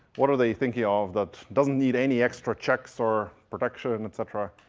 what are they thinking of that don't need any extra checks or protections, and et cetera?